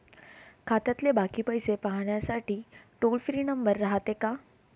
खात्यातले बाकी पैसे पाहासाठी टोल फ्री नंबर रायते का?